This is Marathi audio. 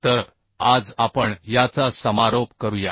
तर आज आपण याचा समारोप करूया